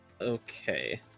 Okay